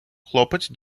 хлопець